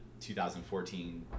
2014